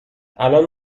الانم